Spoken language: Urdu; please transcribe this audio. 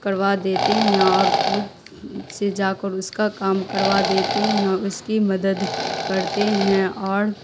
کروا دیتے ہیں اور خود سے جا کر اس کا کام کروا دیتے ہیں اور اس کی مدد کرتے ہیں اور